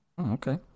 Okay